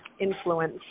influence